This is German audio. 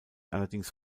allerdings